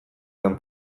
den